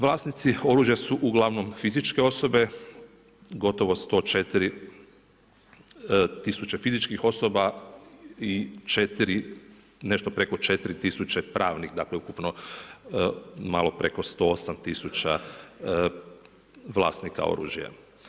Vlasnici oružja su uglavnom fizičke osobe, gotovo 104 tisuće fizičkih osoba i nešto preko 4 tisuće pravnih, dakle ukupno malo preko 108 tisuća vlasnika oružja.